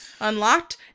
unlocked